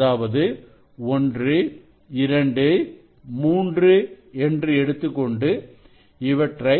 அதாவது 123 என்று எடுத்துக்கொண்டு இவற்றை